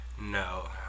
no